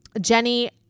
Jenny